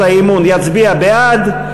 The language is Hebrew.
הצעת האי-אמון יצביע בעד,